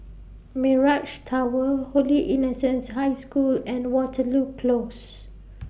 Mirage Tower Holy Innocents' High School and Waterloo Close